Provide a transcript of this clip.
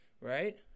right